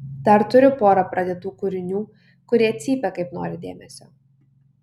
dar turiu porą pradėtų kūrinių kurie cypia kaip nori dėmesio